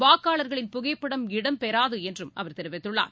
வாக்காளர்களின் புகைப்படம் இடம்பெறாது என்றும் தெரிவித்துள்ளார்